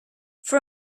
for